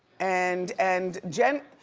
and and jen,